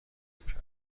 کردیم